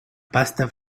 pasta